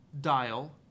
dial